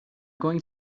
going